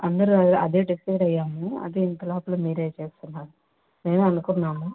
అందరూ అదే డిసైడ్ అయ్యాము అదే ఇంతలోపే మీరే చేస్తున్నారు మేమే అనుకున్నాము